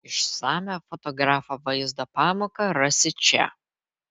išsamią fotografo vaizdo pamoką rasi čia